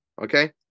Okay